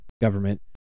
government